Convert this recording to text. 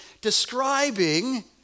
describing